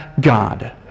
God